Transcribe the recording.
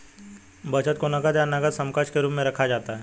बचत को नकद या नकद समकक्ष के रूप में रखा जाता है